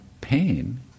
pain